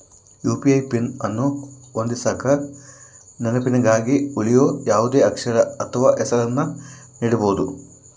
UPI PIN ಅನ್ನು ಹೊಂದಿಸಕ ನೆನಪಿನಗ ಉಳಿಯೋ ಯಾವುದೇ ಅಕ್ಷರ ಅಥ್ವ ಹೆಸರನ್ನ ನೀಡಬೋದು